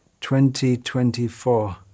2024